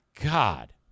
God